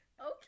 Okay